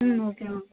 okay ma'am